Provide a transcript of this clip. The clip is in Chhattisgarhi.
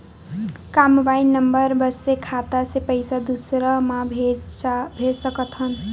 का मोबाइल नंबर बस से खाता से पईसा दूसरा मा भेज सकथन?